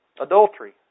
Adultery